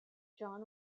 john